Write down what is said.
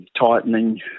tightening